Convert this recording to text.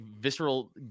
visceral